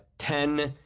ten